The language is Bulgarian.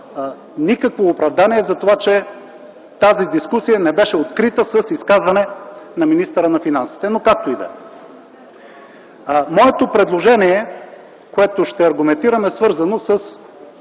никакво оправдание за това, че тази дискусия не беше открита с изказване на министъра на финансите. Но както и да е! Моето предложение, което ще аргументирам, е свързано с